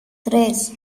tres